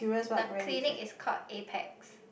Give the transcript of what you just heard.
the clinic is called Apax